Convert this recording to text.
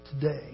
today